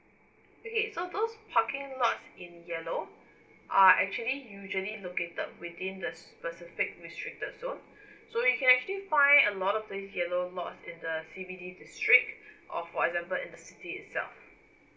okay so those parking lots in yellow are actually usually located within the specific restricted zone so you can actually find a lot of these yellow lots in the C_B_D district or for example in the city itself